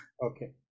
okay